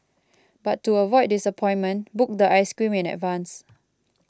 but to avoid disappointment book the ice cream in advance